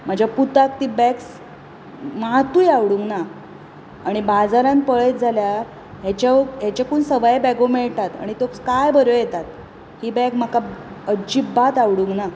म्हज्या पुताक ती बॅग स मात्तूय आवडूंक ना आनी बाजारांत पळयत जाल्यार हाच्या हेच्याकून सवाय बॅगो मेळटात आनी तो काय बऱ्यो येतात ही बॅग म्हाका अजिबात आवडूंक ना